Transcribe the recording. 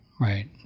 Right